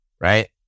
Right